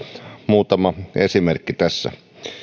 muutama esimerkki